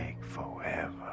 forever